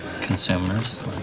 consumers